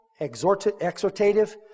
exhortative